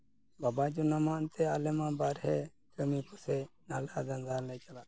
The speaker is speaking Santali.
ᱵᱟᱵᱟ ᱡᱚᱱᱟ ᱢᱟ ᱮᱱᱛᱮᱫ ᱟᱞᱮᱢᱟ ᱵᱟᱨᱦᱮ ᱠᱟᱹᱢᱤ ᱠᱚᱞᱮ ᱱᱟᱞᱦᱟ ᱫᱷᱟᱱᱫᱟ ᱞᱮ ᱪᱟᱞᱟᱜ ᱠᱟᱱᱟ